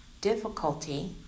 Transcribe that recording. difficulty